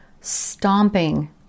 stomping